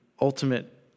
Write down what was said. ultimate